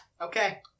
Okay